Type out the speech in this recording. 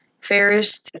Ferris